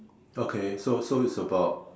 okay so so is about